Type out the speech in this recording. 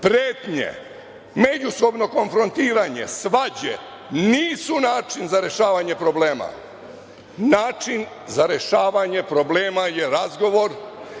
pretnje, međusobno konfrontiranje, svađe, nisu način za rešavanje problema. Način za rešavanje problema je razgovor,